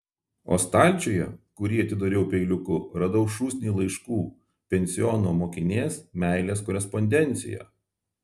o stalčiuje kurį atidariau peiliuku radau šūsnį laiškų pensiono mokinės meilės korespondenciją